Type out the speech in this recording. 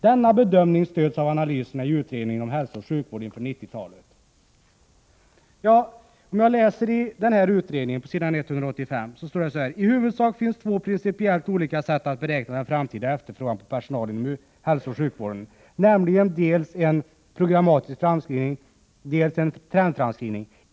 Denna bedömning stöds av analyserna i utredningen om Hälsooch sjukvård inför 90-talet ———.” På s. 185 och 186 i nämnda utredning skriver man: ”T huvudsak finns det två principiellt olika sätt att beräkna den framtida efterfrågan på personal inom hälsooch sjukvården nämligen dels en programmatisk framskrivning, dels en trendframskrivning.